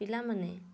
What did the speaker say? ପିଲାମାନେ